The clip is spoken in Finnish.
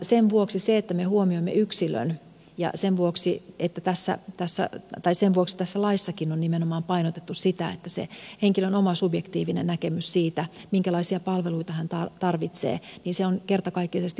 sen vuoksi se että me huomioimme yksilön on tärkeä kysymys ja sen vuoksi tässä laissakin on nimenomaan painotettu sitä että se henkilön oma subjektiivinen näkemys siitä minkälaisia palveluita hän tarvitsee on kertakaikkisesti otettava huomioon